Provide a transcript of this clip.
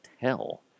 tell